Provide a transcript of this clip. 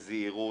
בזהירות,